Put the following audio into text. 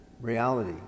reality